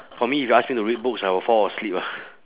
for me if you ask me to read books I will fall asleep ah